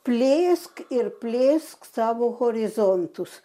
plėsk ir plėsk savo horizontus